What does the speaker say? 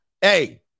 Hey